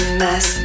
mess